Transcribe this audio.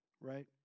Right